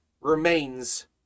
remains